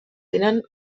tenen